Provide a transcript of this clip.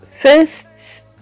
first